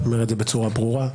אני אומר את זה בצורה ברורה.